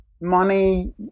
money